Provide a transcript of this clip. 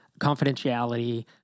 confidentiality